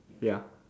ya